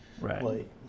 Right